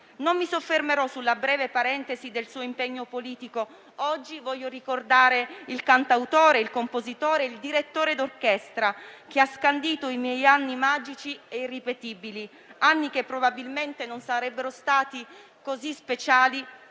Non mi soffermerò sulla breve parentesi del suo impegno politico: oggi voglio ricordare il cantautore, il compositore, il direttore d'orchestra che ha scandito i miei anni magici e irripetibili; anni che probabilmente non sarebbero stati così speciali